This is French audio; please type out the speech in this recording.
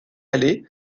aller